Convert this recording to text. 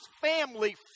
family